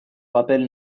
rappel